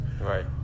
right